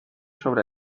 sobre